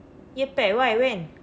எப்ப:eppa why when